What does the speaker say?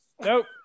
Nope